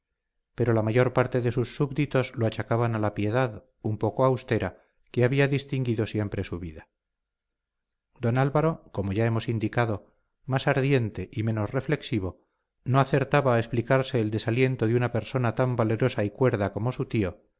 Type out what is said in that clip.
pero la mayor parte de sus súbditos lo achacaban a la piedad un poco austera que había distinguido siempre su vida don álvaro como ya hemos indicado más ardiente y menos reflexivo no acertaba a explicarse el desaliento de una persona tan valerosa y cuerda como su tío